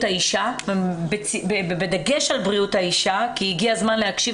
האישה' בדגש על בריאות האישה כי הגיע הזמן להקשיב